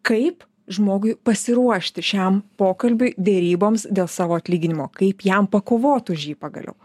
kaip žmogui pasiruošti šiam pokalbiui deryboms dėl savo atlyginimo kaip jam pakovot už jį pagaliau